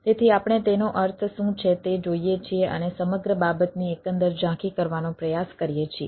તેથી આપણે તેનો અર્થ શું છે તે જોઈએ છીએ અને સમગ્ર બાબતની એકંદર ઝાંખી કરવાનો પ્રયાસ કરીએ છીએ